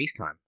FaceTime